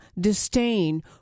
disdain